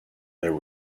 there